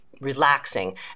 relaxing